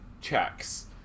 checks